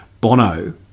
Bono